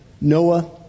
Noah